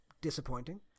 disappointing